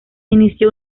inició